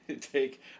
take